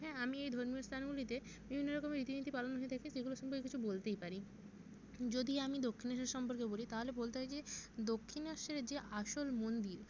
হ্যাঁ আমি এই ধর্মীয় স্থানগুলিতে বিভিন্ন রকমের রীতিনীতি পালন হয়ে থাকে সেগুলো সম্পর্কে কিছু বলতেই পারি যদি আমি দক্ষিণেশ্বর সম্পর্কে বলি তাহলে বলতে হয় যে দক্ষিণেশ্বরের যে আসল মন্দির